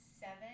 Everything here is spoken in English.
seven